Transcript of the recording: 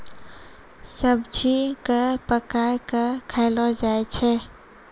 सब्जी क पकाय कॅ खयलो जाय छै